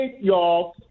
y'all